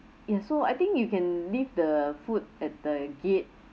ya so I think you can leave the food at the gate